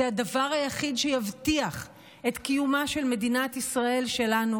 זה הדבר היחיד שיבטיח את קיומה של מדינת ישראל שלנו.